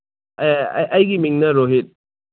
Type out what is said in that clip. ꯑꯦ ꯑꯩꯒꯤ ꯃꯤꯡꯅ ꯔꯣꯍꯤꯠ